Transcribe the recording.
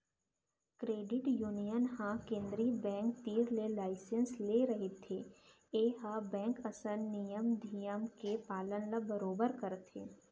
credit union ह केंद्रीय bank तीर ले लाइसेंस ले रहिथे ए ह बेंक असन नियम धियम के पालन ल बरोबर करथे